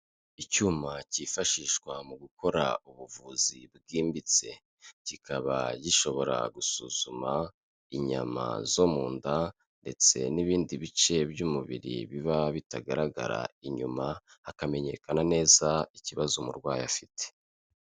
Icyuma cyifashishwa mu gukora ubuvuzi bwimbitse kikaba gishobora gusuzuma inyama zo mu nda ndetse n'ibindi bice by'umubiri biba bitagaragara inyuma, hakamenyekana neza ikibazo umurwayi afite.